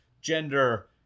gender